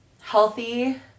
healthy